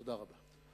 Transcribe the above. תודה רבה.